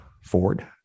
Ford